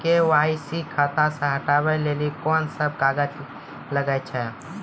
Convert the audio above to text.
KYC खाता से हटाबै लेली कोंन सब कागज लगे छै?